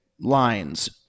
lines